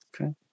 Okay